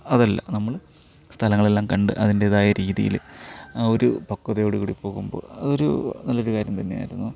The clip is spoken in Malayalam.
അതല്ല നമ്മള് സ്ഥലങ്ങളെല്ലാം കണ്ട് അതിൻ്റെതായ രീതിയില് ഒരു പക്വതയോട് കൂടി പോകുമ്പോൾ ഒരു നല്ലൊരു കാര്യം തന്നെ ആയിരുന്നു